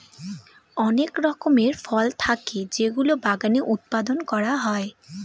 অনেক রকমের ফল থাকে যেগুলো বাগানে উৎপাদন করা হয়